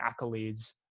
accolades